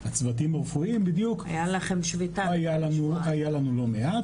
היה לנו לא מעט.